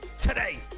Today